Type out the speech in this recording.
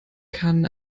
kann